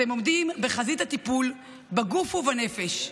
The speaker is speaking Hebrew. אתם עומדים בחזית הטיפול בגוף ובנפש.